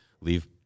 leave